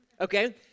Okay